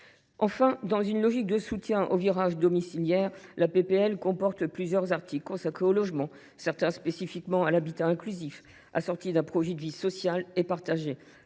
Enfin, dans une logique de soutien au virage domiciliaire, la proposition de loi comporte plusieurs articles consacrés au logement, certains spécifiquement à l’habitat inclusif, assorti d’un projet de vie sociale et partagée.